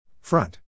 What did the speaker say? Front